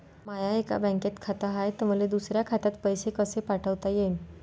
माय एका बँकेत खात हाय, त मले दुसऱ्या खात्यात पैसे कसे पाठवता येईन?